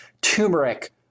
turmeric